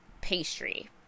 pastry